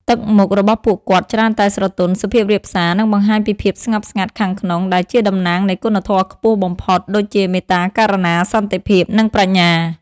ទឹកមុខរបស់ពួកគាត់ច្រើនតែស្រទន់ សុភាពរាបសា និងបង្ហាញពីភាពស្ងប់ស្ងាត់ខាងក្នុង ដែលជាតំណាងនៃគុណធម៌ខ្ពស់បំផុត ដូចជា មេត្តា ករុណា សន្តិភាព និងប្រាជ្ញា។